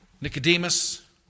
Nicodemus